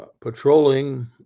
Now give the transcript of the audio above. patrolling